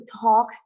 talk